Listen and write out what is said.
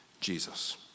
Jesus